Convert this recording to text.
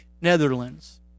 Netherlands